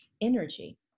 energy